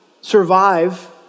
survive